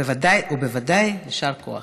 בוודאי ובוודאי יישר כוח.